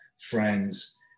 friends